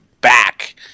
back